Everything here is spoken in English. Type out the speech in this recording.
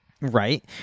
Right